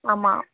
ஆமாம்